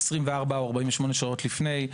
24 או 48 שעות לפני.